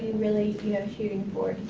really shooting for?